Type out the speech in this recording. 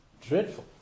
dreadful